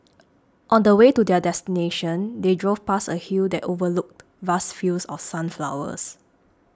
on the way to their destination they drove past a hill that overlooked vast fields of sunflowers